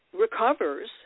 recovers